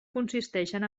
consisteixen